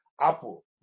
Apple